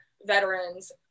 veterans